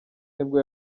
nibwo